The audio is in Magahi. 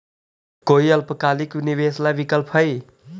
कोई अल्पकालिक निवेश ला विकल्प हई?